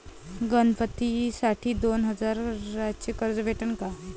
गणपतीसाठी दोन हजाराचे कर्ज भेटन का?